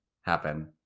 happen